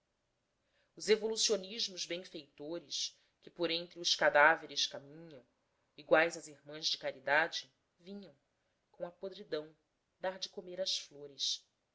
os evolucionistas benfeitores que por entre os cadáveres caminham iguais a irmãs de caridade vinham com a podridão dar de comer às flores